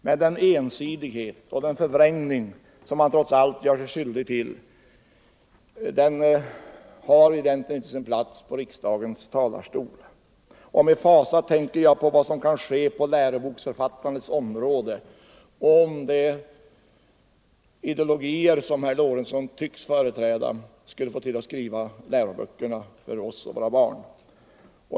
Men den ensidighet och den förvrängning som han trots allt gjorde sig skyldig till har egentligen inte sin plats i riksdagens talarstol. Med fasa tänker jag på vad som kan ske på läroboksförfattandets område, om personer med de ideologier som herr Lorentzon tycks företräda skall få skriva läroböckerna för våra barn.